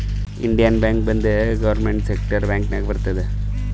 Indian bank ಒಂದ್ government ಸೆಕ್ಟರ್ದು bank ನಾಗ್ ಬರ್ತುದ್